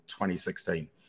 2016